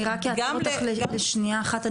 אני רק אעצור אותך לשנייה אחת,